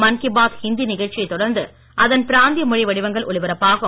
மன் கி பாத் ஹிந்தி நிகழ்ச்சியைத் தொடர்ந்து அதன் பிராந்திய மொழி வடிவங்கள் ஒலிபரப்பாகும்